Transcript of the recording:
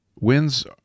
Winds